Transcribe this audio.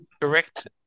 Correct